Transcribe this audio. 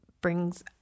brings